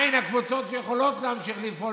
מהן הקבוצות שיכולות להמשיך לפעול